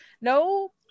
no